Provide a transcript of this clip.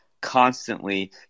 constantly